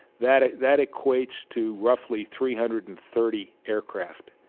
that ah that equates to roughly three hundred and thirty aircraft.